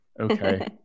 Okay